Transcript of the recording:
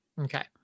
Okay